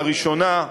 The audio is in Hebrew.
לראשונה,